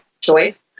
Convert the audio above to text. choice